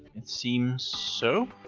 it seems so.